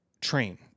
train